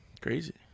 Crazy